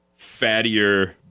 fattier